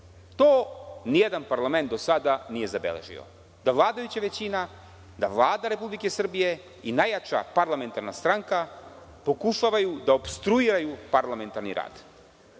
To nijedan parlament do sada nije zabeležio da vladajuća većina, da Vlada Republike Srbije i najjača parlamentarna stranka pokušavaju da opstruiraju parlamentarni rad.I